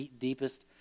deepest